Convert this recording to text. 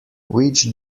which